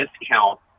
discount